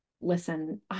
listen